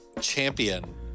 champion